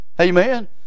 Amen